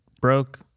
broke